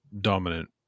dominant